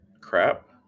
crap